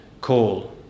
call